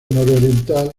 nororiental